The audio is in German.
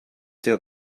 der